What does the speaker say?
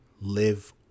live